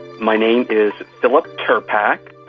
my name is philip tirpak.